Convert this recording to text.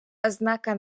ознака